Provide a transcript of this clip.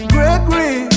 Gregory